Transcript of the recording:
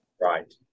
Right